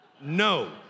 No